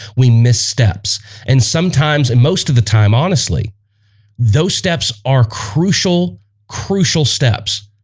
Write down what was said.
we miss steps and sometimes and most of the time honestly those steps are crucial crucial steps